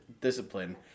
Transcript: discipline